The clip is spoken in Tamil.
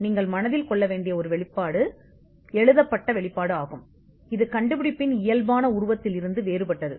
நீங்கள் மனதில் கொள்ள வேண்டிய ஒரு வெளிப்பாடு எழுதப்பட்ட வெளிப்பாடு ஆகும் இது கண்டுபிடிப்பின் உடல் உருவத்திலிருந்து வேறுபட்டது